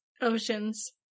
Oceans